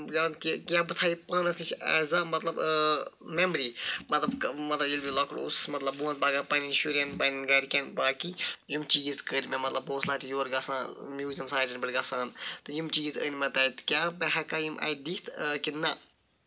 یا کہِ کیٚنہہ بہٕ تھاوٕ یہِ پانَسنِس اٮ۪ز اَ مطلب مٮ۪مری مطلب مطلب ییٚلہِ بہٕ لۄکُٹ اوسُس مطلب بہٕ وَنہٕ پَگہہ پَنٕنہِ شُرٮ۪ن پَنٕنٮ۪ن گرِ کٮ۪ن باقٕے یِم چیٖز کٔرۍ مےٚ مطلب بہٕ اوسُس نہ تہٕ یورٕ گژھان موٗزِیَم سایٹَن پٮ۪ٹھ گژھان تہٕ یِم چیٖز أنۍ مےٚ تَتہِ کیاہ بہٕ ہٮ۪کا یِم اَتہِ دِتھ کِنہٕ نہ